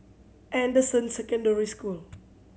Anderson Secondary School